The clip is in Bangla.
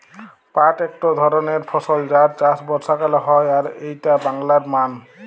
পাট একট ধরণের ফসল যার চাষ বর্ষাকালে হয় আর এইটা বাংলার মান